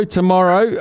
tomorrow